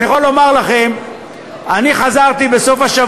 אני יכול לומר לכם, אני חזרתי בסוף-השבוע